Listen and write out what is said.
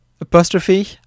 Apostrophe